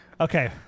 Okay